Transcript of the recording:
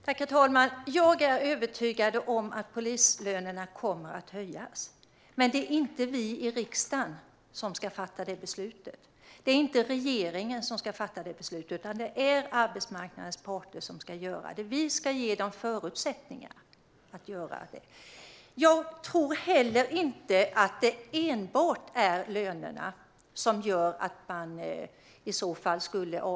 Herr talman! Jag är övertygad om att polislönerna kommer att höjas. Men det är inte vi i riksdagen som ska fatta det beslutet. Och det är inte regeringen som ska fatta det beslutet. Det är arbetsmarknadens parter som ska göra det. Och vi ska ge dem förutsättningar att göra det. Jag tror inte att det är enbart lönerna som leder till att man avstår från att söka.